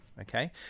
okay